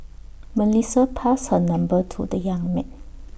Melissa passed her number to the young man